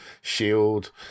shield